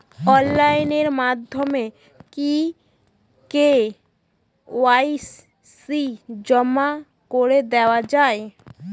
Online মাধ্যমে কি KYC জমা করে দেওয়া য়ায়?